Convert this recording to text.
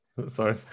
Sorry